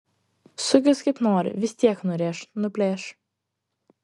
sukis kaip nori vis tiek nurėš nuplėš